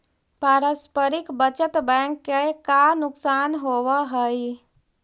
पारस्परिक बचत बैंक के का नुकसान होवऽ हइ?